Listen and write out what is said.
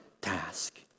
task